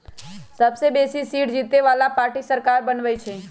सबसे बेशी सीट जीतय बला पार्टी सरकार बनबइ छइ